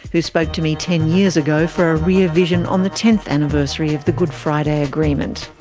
who spoke to me ten years ago for a rear vision on the tenth anniversary of the good friday agreement.